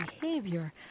behavior